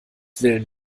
willen